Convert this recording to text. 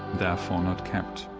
therefore not kept.